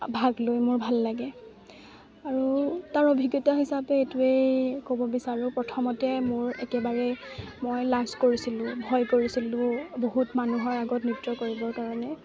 ভাগ লৈ মোৰ ভাল লাগে আৰু তাৰ অভিজ্ঞতা হিচাপে এইটোৱেই ক'ব বিচাৰোঁ প্ৰথমতে মোৰ একেবাৰেই মই লাজ কৰিছিলোঁ ভয় কৰিছিলোঁ বহুত মানুহৰ আগত নৃত্য কৰিবৰ কাৰণে